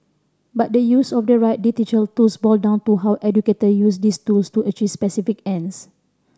but the use of the right tools boil down to how educator use these tools to achieve specific ends